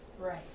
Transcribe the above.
right